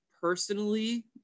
personally